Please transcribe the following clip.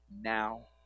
now